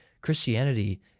Christianity